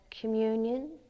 communion